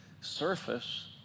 surface